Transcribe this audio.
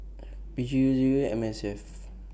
P G U Zero M S F